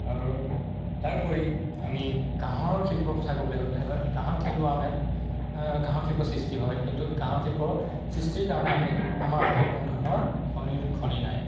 আাৰু তাৰোপৰি আমি কাঁহৰ শিল্পৰ কথা ক'বলৈ গ'লে হয় কাঁহৰ শিল্প আমাৰ ইয়াত কাঁহৰ শিল্প সৃষ্টি হয় কিন্তু কাঁহৰ শিল্পৰ সৃষ্টিৰ কাৰণে আমি আমাৰ অসমত কোনো ধৰণৰ খনি খনি নাই